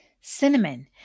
cinnamon